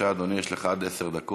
בבקשה, אדוני, יש לך עד עשר דקות.